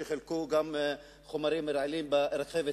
והיו בטוקיו שחילקו חומרים רעילים ברכבת